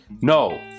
no